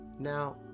Now